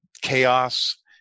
chaos